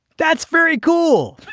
that's very cool